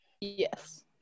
Yes